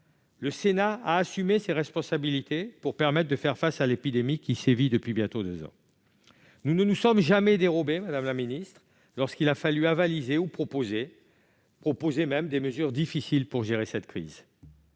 Le Sénat a assumé ses responsabilités pour faire face à l'épidémie qui sévit depuis bientôt deux ans. Nous ne nous sommes jamais dérobés, madame la ministre, lorsqu'il a fallu avaliser ou proposer des mesures, y compris lorsqu'elles étaient difficiles, pour gérer cette crise,